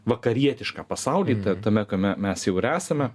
vakarietišką pasaulį tame kame mes jau ir esame